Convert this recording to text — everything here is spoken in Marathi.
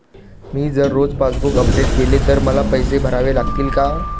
मी जर रोज पासबूक अपडेट केले तर मला पैसे भरावे लागतील का?